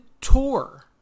tour